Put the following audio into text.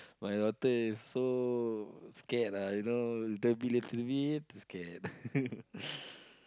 my daughter is so scared ah you know little bit little bit scared